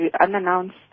unannounced